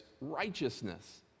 righteousness